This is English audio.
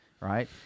Right